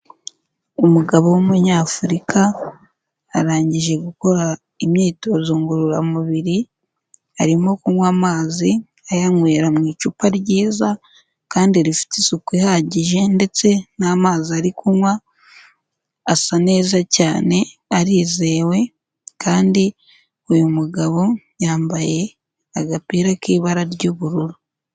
Umugabo w'umunyafurika arangije gukora imyitozo ngororamubiri, arimo kunywa amazi ayanywera mu icupa ryiza kandi rifite isuku ihagije ndetse n'amazi ari kunywa asa neza cyane arizewe kandi uyu mugabo yambaye agapira k'ibara ry'ubururu.